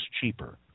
cheaper